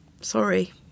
sorry